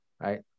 Right